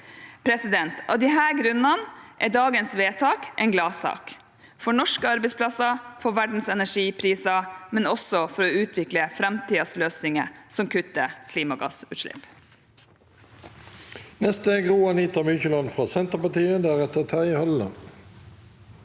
lagring. Av disse grunnene er dagens vedtak en gladsak – for norske arbeidsplasser, for verdens energipriser, men også for å utvikle framtidens løsninger som kutter klimagassutslipp.